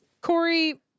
Corey